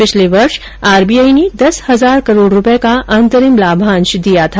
पिछले वर्ष में आरबीआई ने दस हजार करोड रूपए का अंतरिम लाभांश दिया था